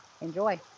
Enjoy